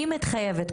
אני מתחייבת,